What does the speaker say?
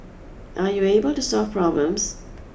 are you able to solve problems